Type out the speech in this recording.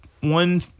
one